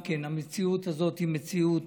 המציאות הזאת היא מציאות